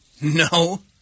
No